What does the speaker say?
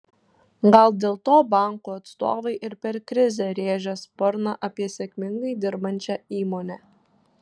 gal dėl to bankų atstovai ir per krizę rėžia sparną apie sėkmingai dirbančią įmonę